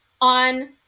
on